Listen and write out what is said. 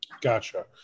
Gotcha